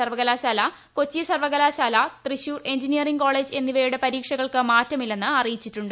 സർവകലാശാല കൊച്ചി സർവകലാശാല Thrissur engineering college എന്നിവയുടെ പരീക്ഷകൾക്ക് മാറ്റമില്ലെന്ന് അറിയിച്ചിട്ടുണ്ട്